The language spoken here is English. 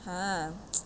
!huh!